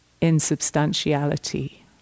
insubstantiality